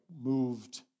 moved